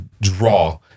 draw